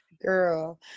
girl